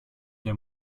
der